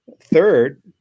Third